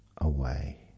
away